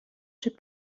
czy